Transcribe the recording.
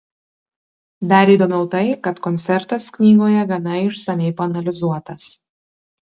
dar įdomiau tai kad koncertas knygoje gana išsamiai paanalizuotas